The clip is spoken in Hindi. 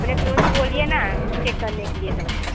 अपने पियोन से बोलिए ना चेक करने के लिए सबको